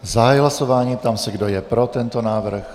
Zahajuji hlasování a ptám se, kdo je pro tento návrh?